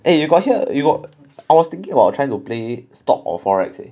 eh you got hear you got I was thinking about trying to play stop or Forex